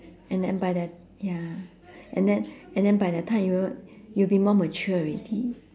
and then by then ya and then and then by that time you will you'll be more mature already